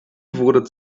wurde